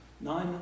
nine